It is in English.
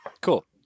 Cool